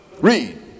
Read